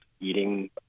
eating